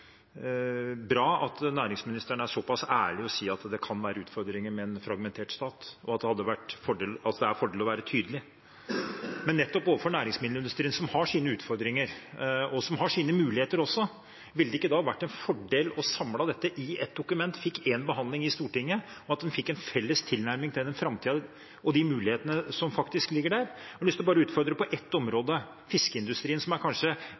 ærlig og sier at det kan være utfordringer med en fragmentert stat, og at det er en fordel å være tydelig. Men nettopp overfor næringsmiddelindustrien, som har sine utfordringer, og som har sine muligheter også, ville det ikke vært en fordel å samle dette i ett dokument, fått én behandling i Stortinget – en felles tilnærming til framtiden og de mulighetene som faktisk ligger der? Jeg har lyst til å utfordre på ett område, fiskeindustrien, som er